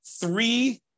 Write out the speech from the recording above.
three